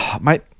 mate